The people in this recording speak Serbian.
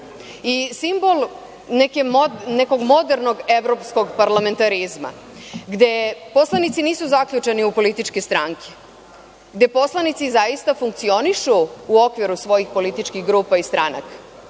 i simbol nekog modernog evropskog parlamentarizma, gde poslanici nisu zaključani u političke stranke, gde poslanici zaista funkcionišu u okviru svojih političkih grupa i stranaka,